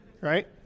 right